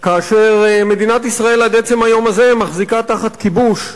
כאשר מדינת ישראל עד עצם היום הזה מחזיקה תחת כיבוש,